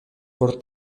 por